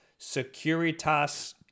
Securitas